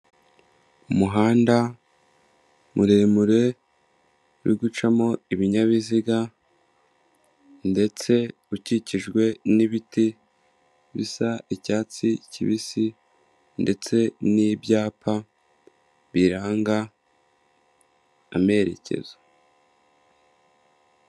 Umuhanda muremure urigucamo ibinyabiziga ndetse ukikijwe n'ibiti bisa icyatsi kibisi, ndetse n'ibyapa biranga amerekezo.